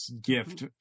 gift